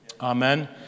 Amen